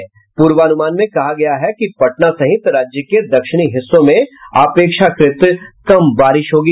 इधर पुर्वानुमान में कहा है कि पटना सहित राज्य के दक्षिणी हिस्सों में अपेक्षाकृत कम बारिश होगी